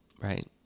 right